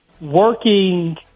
working